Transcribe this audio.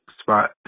spot